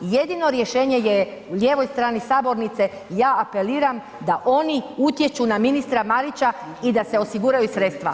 Jedino rješenje je lijevoj strani sabornice, ja apeliram da oni utječu na ministra Marića i da se osiguraju sredstva.